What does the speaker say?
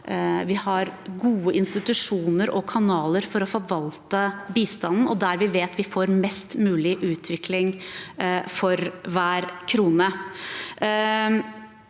vi har gode institusjoner og kanaler for å forvalte bistanden, og der vi vet vi får mest mulig utvikling for hver krone.